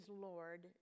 Lord